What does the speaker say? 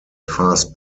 fast